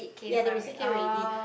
ya the receipt came already